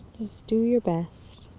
just do your best,